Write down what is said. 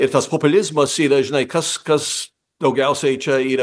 ir tas populizmas yra žinai kas kas daugiausiai čia yra